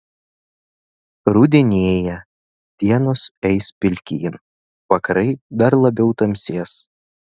rudenėja dienos eis pilkyn vakarai dar labiau tamsės